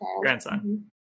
grandson